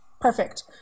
Perfect